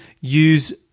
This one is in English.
use